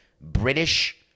British